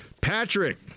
Patrick